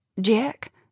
Jack